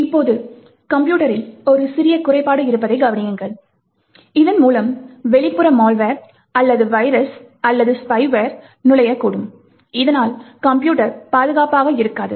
இப்போது கம்ப்யூட்டரில் ஒரு சிறிய குறைபாடு இருப்பதைக் கவனியுங்கள் இதன் மூலம் வெளிப்புற மால்வெர் அல்லது வைரஸ் அல்லது ஸ்பைவேர் நுழையக்கூடும் இதனால் கம்ப்யூட்டர் பாதுகாப்பாக இருக்காது